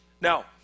Now